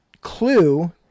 clue